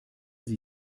sie